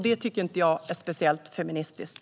Det är inte speciellt feministiskt.